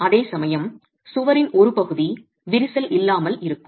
அதேசமயம் சுவரின் ஒரு பகுதி விரிசல் இல்லாமல் இருக்கும்